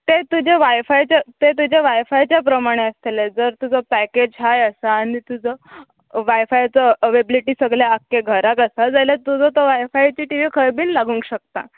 तें तुजें वायफायचें तुज्या वायफाय प्रमाणें आसतलें जर तुजो पॅकेज हाय आसा आनी तुजो वायफायचो अवेबिलिटी सगळे आख्खे घराक आसा जाल्यार तुजो तो वायफाय ती टी वी खंय बीन लागूंक शकता